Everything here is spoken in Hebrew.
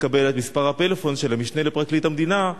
לקבל את מספר הפלאפון של המשנה לפרקליט המדינה,